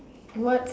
what